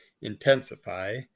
intensify